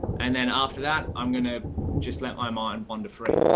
and then after that, i'm going to just let my mind wander free.